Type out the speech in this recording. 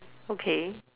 okay